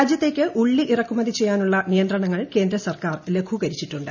രാജ്യത്തേക്ക് ഉള്ളി ഇറക്കുമതി ചെയ്യാനുള്ള നിയന്ത്രണങ്ങൾ കേന്ദ്രസർക്കാർ ലഘൂകരിച്ചിട്ടുണ്ട്